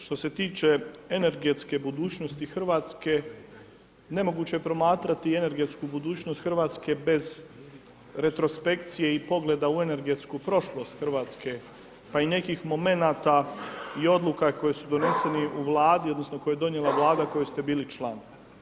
Što se tiče energetske budućnosti RH, nemoguće je promatrati energetsku budućnost RH bez retrospekcije i pogleda u energetsku prošlost RH, pa i nekih momenata i odluka koje su doneseni u Vladi odnosno koje je donijela Vlada u kojoj ste bili član.